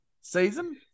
season